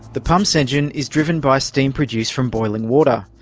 the pump's engine is driven by steam produced from boiling water.